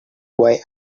why